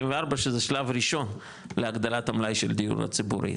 שזה שלב ראשון להגדלת המלאי של דיור הציבורי,